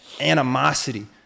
animosity